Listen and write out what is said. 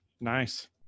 Nice